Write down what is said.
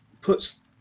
puts